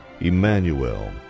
Emmanuel